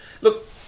Look